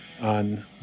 on